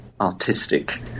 artistic